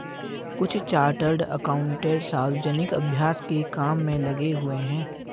कुछ chartered accountant सार्वजनिक अभ्यास के काम में लगे हुए हैं